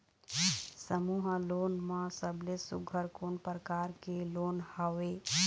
समूह लोन मा सबले सुघ्घर कोन प्रकार के लोन हवेए?